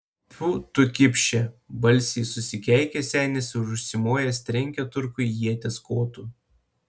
tfu tu kipše balsiai susikeikė senis ir užsimojęs trenkė turkui ieties kotu